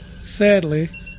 Sadly